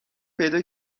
پیدا